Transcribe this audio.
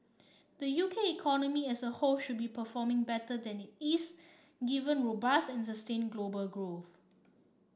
the U K economy as a whole should be performing better than it is given robust and the same global growth